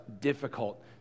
difficult